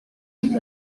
and